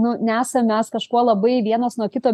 nu nesam mes kažkuo labai vienas nuo kito